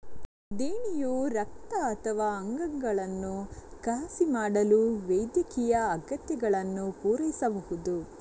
ದೇಣಿಗೆಯು ರಕ್ತ ಅಥವಾ ಅಂಗಗಳನ್ನು ಕಸಿ ಮಾಡಲು ವೈದ್ಯಕೀಯ ಅಗತ್ಯಗಳನ್ನು ಪೂರೈಸಬಹುದು